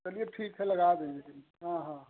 चलिए ठीक है लगा देंगे हाँ हाँ